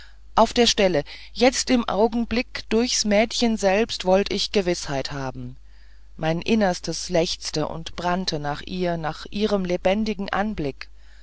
auf der stelle jetzt im augenblick durchs mädchen selbst wollt ich gewißheit haben mein innerstes lechzte und brannte nach ihr nach ihrem lebendigen anblick